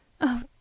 Oh